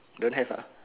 don't have uh